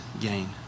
gain